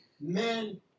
men